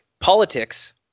politics